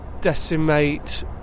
decimate